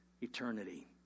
eternity